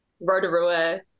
Rotorua